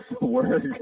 work